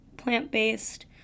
plant-based